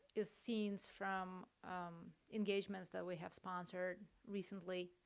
is scenes from engagements that we have sponsored recently.